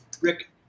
Rick